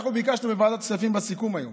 אנחנו ביקשנו בוועדת כספים בסיכום היום: